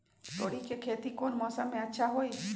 तोड़ी के खेती कौन मौसम में अच्छा होई?